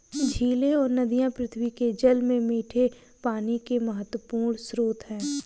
झीलें और नदियाँ पृथ्वी के जल में मीठे पानी के महत्वपूर्ण स्रोत हैं